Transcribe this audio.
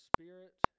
Spirit